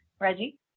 Reggie